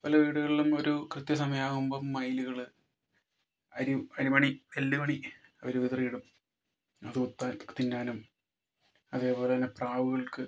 പല വീടുകളിലും ഒരു കൃത്യസമയമാകുമ്പം മയിലുകള് അരി അരിമണി നെല്ല് മണി അവര് വിതറിയിടും അത് കൊത്താൻ തിന്നാനും അതേപോലെ തന്നെ പ്രാവുകൾക്ക്